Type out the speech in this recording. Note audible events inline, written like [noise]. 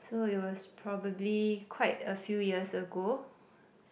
so it was probably quite a few years ago [breath]